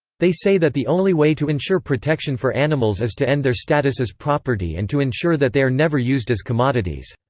they say that the only way to ensure protection for animals is to end their status as property and to ensure that they are never used as commodities.